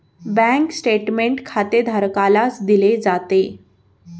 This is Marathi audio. बँक स्टेटमेंट खातेधारकालाच दिले जाते